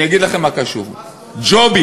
אני אגיד לכם מה קשור: ג'ובים.